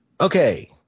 Okay